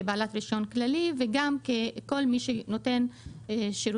כ"בעלת רישיון כללי" וגם כל מי שנותן שירותים